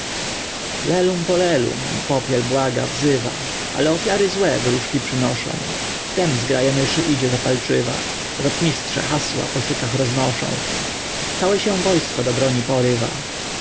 lelum polelum popiel błaga wzywa ale ofiary złe wróżki przynoszą wtem zgraja myszy idzie zapalczywa rotmistrze hasła po szykach roznoszą całe się wojsko do broni poryw